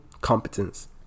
competence